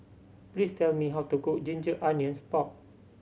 please tell me how to cook ginger onions pork